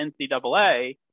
NCAA